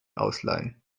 ausleihen